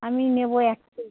আমি নেব এক